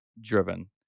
driven